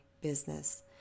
business